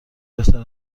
بهتر